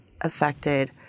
affected